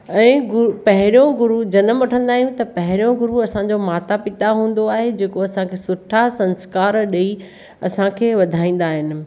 ऐं गु पहिरियों गुरु जनम वठंदा आहियूं त पहिरियों गुरु असांजा माता पिता हूंदो आहे जेको असांखे सुठा संस्कार ॾेई असांखे वधाईंदा आहिनि